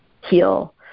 heal